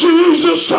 Jesus